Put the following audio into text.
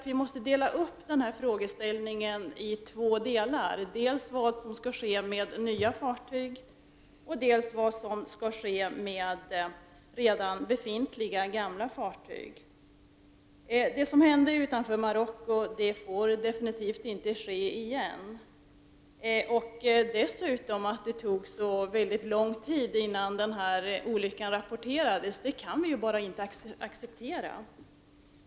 Vi måste dela upp frågeställningen i två delar. Det gäller dels vad som skall ske med nya fartyg, dels vad som skall ske med befintliga gamla fartyg. Det som hände utanför Marockos kust får definitivt inte ske igen. Vi kan dessutom inte acceptera att det tog så lång tid innan olyckan rapporterades.